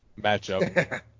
matchup